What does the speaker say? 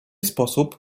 sposób